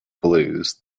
blues